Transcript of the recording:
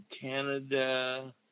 Canada